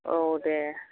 औ दे